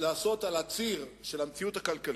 לעשות על הציר של המציאות הכלכלית,